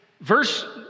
verse